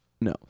No